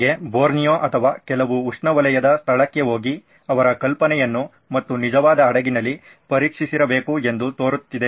ನನಗೆ ಬೊರ್ನಿಯೊ ಅಥವಾ ಕೆಲವು ಉಷ್ಣವಲಯದ ಸ್ಥಳಕ್ಕೆ ಹೋಗಿ ಅವರ ಕಲ್ಪನೆಯನ್ನು ಮತ್ತು ನಿಜವಾದ ಹಡಗಿನಲ್ಲಿ ಪರೀಕ್ಷಿಸಿರಬೇಕು ಎಂದು ತೋರುತ್ತಿದೆ